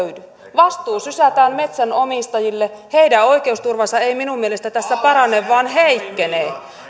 vastuu sysätään metsänomistajille heidän oikeusturvansa ei minun mielestäni tässä parane vaan heikkenee